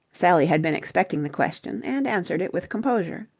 sally had been expecting the question, and answered it with composure.